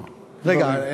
רגע,